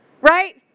Right